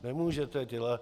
Nemůžete dělat...